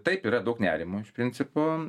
taip yra daug nerimo iš principo